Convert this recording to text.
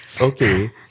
okay